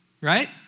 right